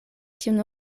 tiun